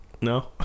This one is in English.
No